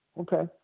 Okay